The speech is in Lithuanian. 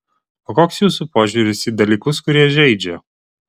o koks jūsų požiūris į dalykus kurie žeidžia